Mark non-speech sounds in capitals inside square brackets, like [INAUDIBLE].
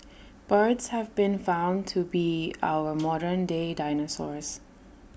birds have been found to be our [NOISE] modern day dinosaurs